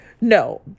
No